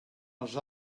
els